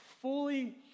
fully